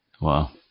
Wow